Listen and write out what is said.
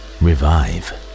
revive